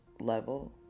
level